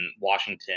Washington